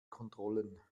kontrollen